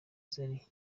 zari